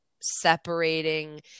separating